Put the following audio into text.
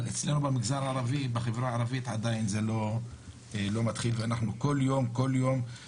אבל אצלנו בחברה הערבית זה עדיין קיים וכל יום יש רצח.